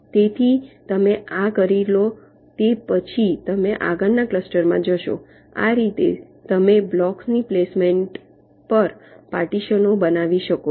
તેથી તમે આ કરી લો તે પછી તમે આગળના ક્લસ્ટરમાં જશો આ રીતે તમે બ્લોક્સની પ્લેસમેન્ટ પર પાર્ટીશનો બનાવો છો